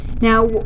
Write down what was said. Now